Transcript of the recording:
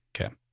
okay